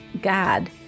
God